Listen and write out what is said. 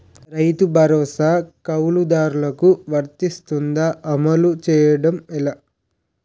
రైతు భరోసా కవులుదారులకు వర్తిస్తుందా? అమలు చేయడం ఎలా